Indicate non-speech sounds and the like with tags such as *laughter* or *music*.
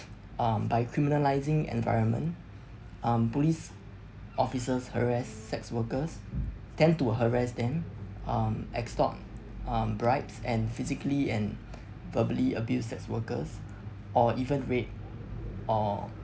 um by criminalizing environment um police officers harass sex workers tend to harass them um extort um bribes and physically and *noise* verbally abuse sex workers or even rape or